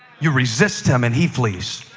you resist him and he flees.